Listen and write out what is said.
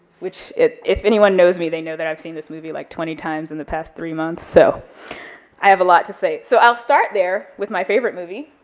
which, if anyone knows me, they know that i've seen this movie like, twenty times in the past three months, so i have a lot to say. so i'll start there with my favorite movie,